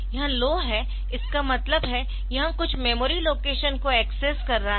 यह लो है इसका मतलब है यह कुछ मेमोरी लोकेशन को एक्सेस कर रहा है